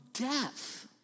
death